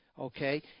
okay